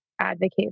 advocate